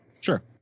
Sure